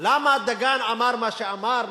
למה דגן אמר מה שאמר?